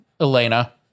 Elena